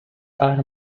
are